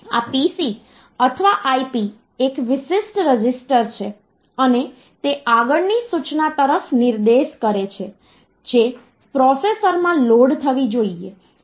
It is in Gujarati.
આ PC અથવા IP એક વિશિષ્ટ રજિસ્ટર છે અને તે આગળની સૂચના તરફ નિર્દેશ કરે છે જે પ્રોસેસરમાં લોડ થવી જોઈએ